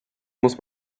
muss